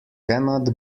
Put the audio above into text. cannot